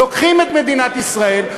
לוקחים את מדינת ישראל,